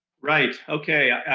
right, okay.